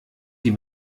die